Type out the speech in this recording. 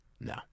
No